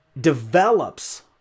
develops